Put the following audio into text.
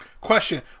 Question